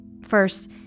First